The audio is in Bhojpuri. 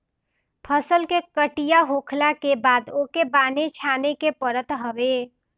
फसल के कटिया होखला के बाद ओके बान्हे छाने के पड़त हवे